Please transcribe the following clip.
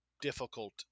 difficult